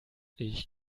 ich